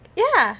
ya